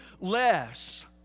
less